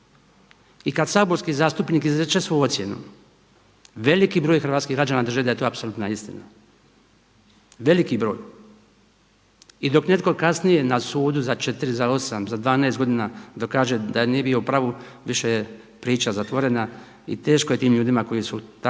I kad saborski zastupnik izreče svoju ocjenu veliki broj hrvatskih građana drži da je to apsolutna istina, veliki broj. I dok netko kasnije na sudu za četiri, za osam, za dvanaest godina dokaže da nije bio u pravu više je priča zatvorena i teško je tim ljudima koji su takav